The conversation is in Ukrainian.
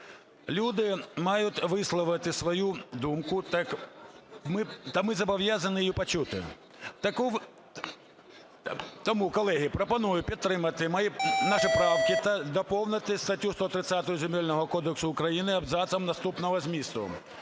Люди мають висловити свою думку, та ми зобов'язані її почути. Тому, колеги, пропоную підтримати наші правки та доповнити статтю 130 Земельного кодексу України абзацом наступного змісту: